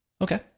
Okay